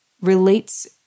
relates